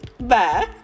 Bye